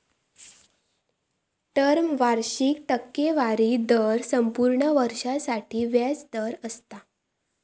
term वार्षिक टक्केवारी दर संपूर्ण वर्षासाठी व्याज दर असता